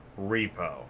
repo